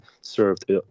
served